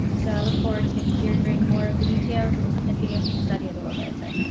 so i look forward to hearing more of the details, and and being able to study it a little bit, but,